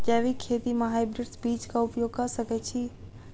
जैविक खेती म हायब्रिडस बीज कऽ उपयोग कऽ सकैय छी?